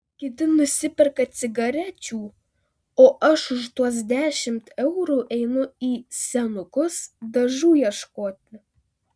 kiti nusiperka cigarečių o aš už tuos dešimt eurų einu į senukus dažų ieškoti